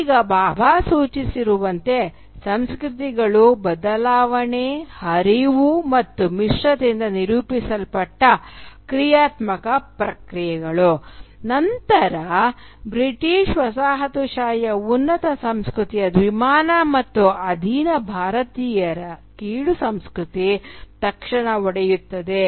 ಈಗ ಭಾಭಾ ಸೂಚಿಸುವಂತೆ ಸಂಸ್ಕೃತಿಗಳು ಬದಲಾವಣೆ ಹರಿವು ಮತ್ತು ಮಿಶ್ರತೆಯಿಂದ ನಿರೂಪಿಸಲ್ಪಟ್ಟ ಕ್ರಿಯಾತ್ಮಕ ಪ್ರಕ್ರಿಯೆಗಳು ನಂತರ ಬ್ರಿಟಿಷ್ ವಸಾಹತುಶಾಹಿಯ ಉನ್ನತ ಸಂಸ್ಕೃತಿಯ ದ್ವಿಮಾನ ಮತ್ತು ಅಧೀನ ಭಾರತೀಯರ ಕೀಳು ಸಂಸ್ಕೃತಿ ತಕ್ಷಣ ಒಡೆಯುತ್ತದೆ